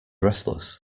restless